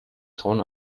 grauen